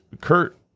Kurt